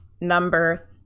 number